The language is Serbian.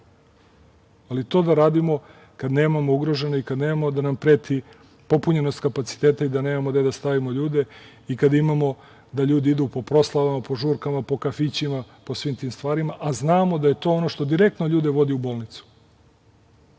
Ali, to da radimo kada nemamo ugrožene i da nemamo da nam preti popunjenost kapaciteta i da nemamo gde da stavimo ljude i kada imamo da ljudi idu po proslavama, po žurkama, po kafićima, po svim tim stvarima, a znamo da je to ono što direktno ljude vodi u bolnicu. Jesmo